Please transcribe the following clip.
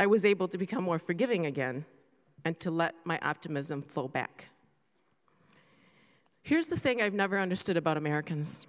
i was able to become more forgiving again and to let my optimism flow back here's the thing i've never understood about americans